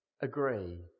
agree